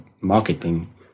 marketing